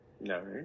No